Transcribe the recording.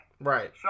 Right